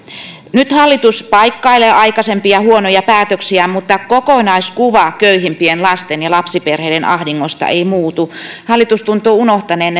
nyt hallitus paikkailee aikaisempia huonoja päätöksiään mutta kokonaiskuva köyhimpien lasten ja lapsiperheiden ahdingosta ei muutu hallitus tuntuu unohtaneen